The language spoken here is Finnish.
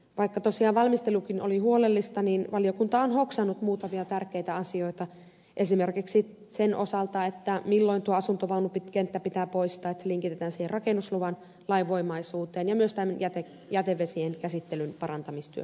vaikka tosiaan valmistelukin oli huolellista niin valiokunta on hoksannut muutamia tärkeitä asioita esimerkiksi sen osalta milloin tuo asuntovaunukenttä pitää poistaa että se linkitetään siihen rakennusluvan lainvoimaisuuteen ja myös tämän jätevesien käsittelyn parantamistyön osalta